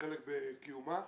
חלק בקיומה,